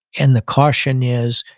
and the caution is,